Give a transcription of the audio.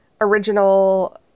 original